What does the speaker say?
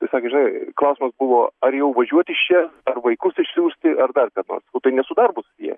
sakė žinai klausimas buvo ar jau važiuoti iš čia ar vaikus išsiųsti ar dar ką nors nu tai ne su darbu susiję